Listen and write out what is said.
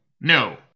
no